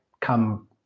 come